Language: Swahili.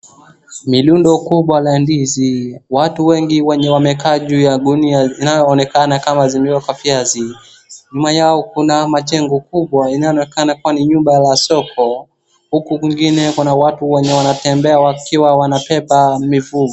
Ni rundo kubwa la ndizi. Watu wengi wenye wamekaa juu ya ngunia inayoonekana kama zimewekwa viazi. Nyuma yao kuna majengo kubwaa inayoonekana kuwa ni nyumba la soko. Huku kwingine kuna watu wanatembea wakiwa wanabeba.